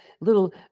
little